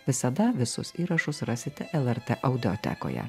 visada visus įrašus rasite lrtaudiotekoje